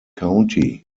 county